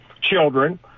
children